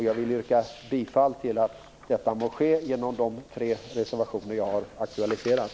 Jag yrkar bifall till att detta må ske genom de tre reservationer som jag har aktualiserat.